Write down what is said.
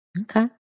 Okay